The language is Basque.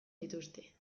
dituzte